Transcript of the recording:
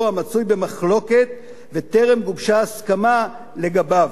המצוי במחלוקת וטרם גובשה הסכמה לגביו.